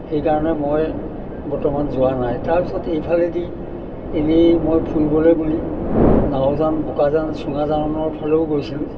সেইকাৰণে মই বৰ্তমান যোৱা নাই তাৰপিছত এইফালেদি এনেই মই ফুৰিবলৈ বুলি নাওজান বোকাজান চুঙাজানৰ ফালেও গৈছিলোঁ